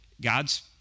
God's